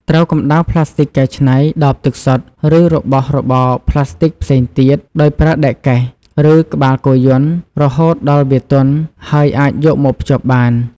ត្រូវកំដៅផ្លាស្ទិកកែច្នៃ ដបទឹកសុទ្ធ ឬរបស់របរផ្លាស្ទិកផ្សេងទៀត ដោយប្រើដែកកេះ ឬក្បាលគោយន្ត រហូតដល់វាទន់ ហើយអាចយកមកភ្ជាប់បាន។